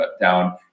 down